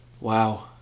wow